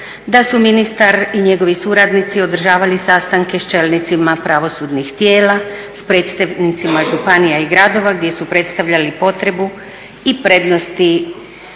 da su ministar i njegovi suradnici održavali sastanke s čelnicima pravosudnih tijela, s predstavnicima županija i gradova gdje su predstavljali potrebu i prednosti